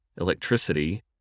electricity